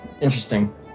interesting